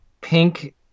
pink